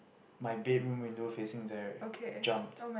my bedroom window facing there jumped